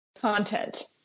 Content